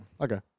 Okay